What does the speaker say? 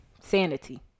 Sanity